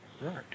Right